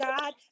God